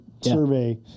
survey